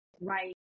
right